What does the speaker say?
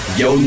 yo